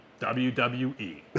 WWE